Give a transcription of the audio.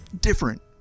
different